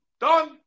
Done